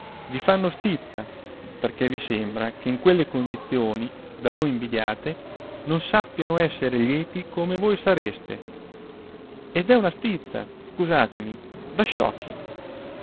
vi fanno stizza perché vi sembra che in quelle condizioni da voi invidiate non sappiano esser lieti come voi sareste ed è una stizza scusatemi da sciocchi